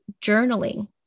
journaling